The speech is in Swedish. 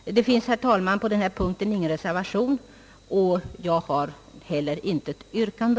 Det finns, herr talman, på denna punkt inte någon reservation, och jag har inte heller något yrkande.